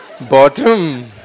bottom